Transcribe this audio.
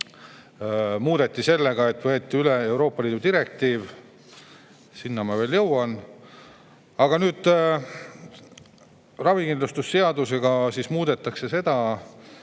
muudeti sellega, et võeti üle Euroopa Liidu direktiiv. Sinna ma veel jõuan. Aga ravikindlustuse seaduses muudetakse seda,